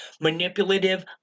manipulative